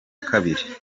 kabiri